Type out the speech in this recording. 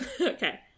Okay